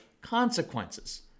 consequences